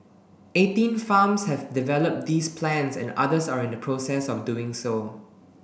eighteen farms have developed these plans and others are in the process of doing so